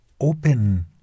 open